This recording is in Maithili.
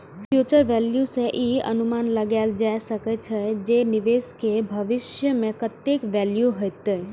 फ्यूचर वैल्यू सं ई अनुमान लगाएल जा सकै छै, जे निवेश के भविष्य मे कतेक मूल्य हेतै